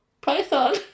python